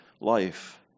life